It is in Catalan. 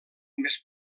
més